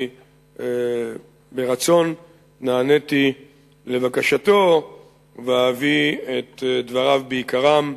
אני ברצון נעניתי לבקשתו ואביא את דבריו בעיקרם,